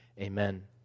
Amen